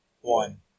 one